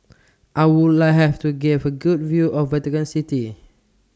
I Would like Have to Give A Good View of Vatican City